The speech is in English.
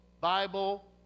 Bible